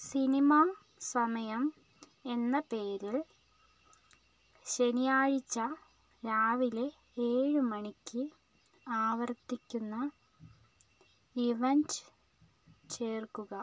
cinema സമയം എന്ന പേരിൽ ശനിയാഴ്ച രാവിലെ ഏഴ് മണിക്ക് ആവർത്തിക്കുന്ന ഇവൻ്റ് ചേർക്കുക